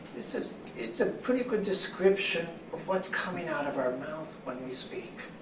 it's ah it's a pretty good description of what's coming out of our mouth when we speak.